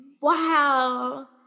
Wow